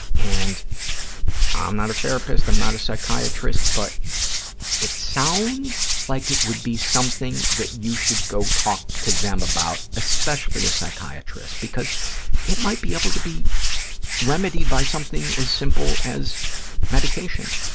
and i'm not a therapist, i'm not a psychiatrist, but it sounds like it would be something that you should go talk to them about, especially a psychiatrist, because it might be able to be remedied by something as simple as medication.